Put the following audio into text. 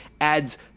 Adds